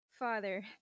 Father